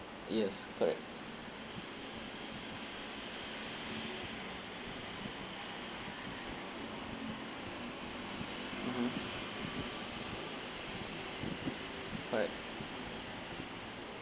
yes correct mmhmm correct